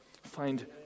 find